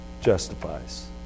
justifies